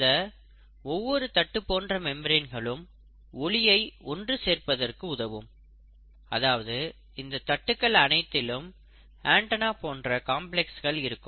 இந்த ஒவ்வொரு தட்டு போன்ற மெம்பரேன்களும் ஒளியை ஒன்று சேர்ப்பதற்கு உதவும் அதாவது இந்த தட்டுகள் அனைத்திலும் ஆண்டனா போன்ற காம்ப்ளக்ஸ்கள் இருக்கும்